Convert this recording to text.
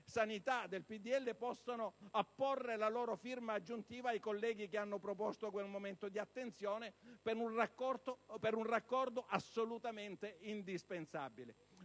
del PdL possano apporre la loro firma a quella dei colleghi che hanno proposto quel momento di attenzione per un raccordo assolutamente indispensabile.